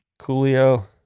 Coolio